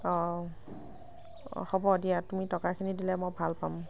অঁ হ'ব দিয়া তুমি টকাখিনি দিলে মই ভাল পাম